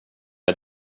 jag